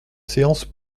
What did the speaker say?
séance